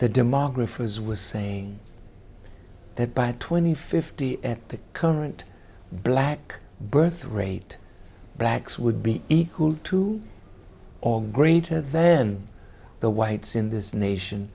the demographers was saying that by twenty fifty at the current black birth rate blacks would be equal to or greater then the whites in this nation